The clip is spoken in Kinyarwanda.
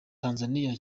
tanzania